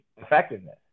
effectiveness